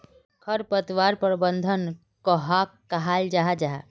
खरपतवार प्रबंधन कहाक कहाल जाहा जाहा?